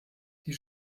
die